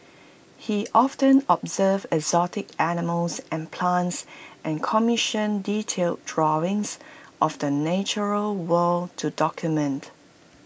he often observed exotic animals and plants and commissioned detailed drawings of the natural world to document